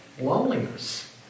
Loneliness